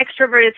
extroverted